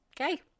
Okay